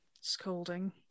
scolding